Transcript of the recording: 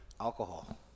alcohol